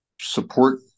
support